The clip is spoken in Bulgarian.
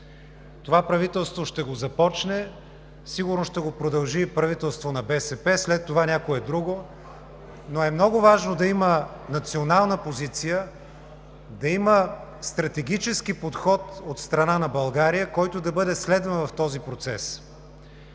Това правителство ще го започне, сигурно ще го продължи и правителство на БСП, след това някое друго, но е много важно да има национална позиция, да има стратегически подход от страна на България, който да бъде следван в този процес.